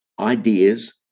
ideas